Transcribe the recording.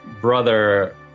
brother